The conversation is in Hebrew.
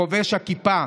חובש הכיפה,